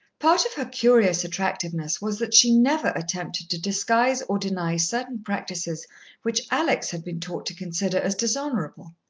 part of her curious attractiveness was, that she never attempted to disguise or deny certain practices which alex had been taught to consider as dishonourable.